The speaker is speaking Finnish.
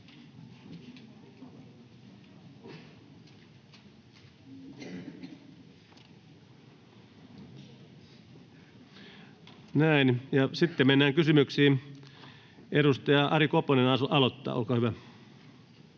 Mennään kysymyksiin. Edustaja Ari Koponen aloittaa, olkaa hyvä.